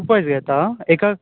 group वायज घेता एका